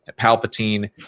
Palpatine